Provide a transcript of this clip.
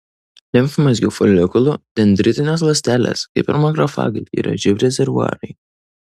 limfmazgių folikulų dendritinės ląstelės kaip ir makrofagai yra živ rezervuarai